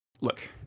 Look